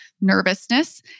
nervousness